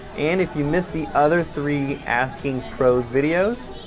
and if you miss the other three asking pros videos,